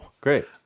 great